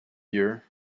year